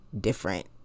different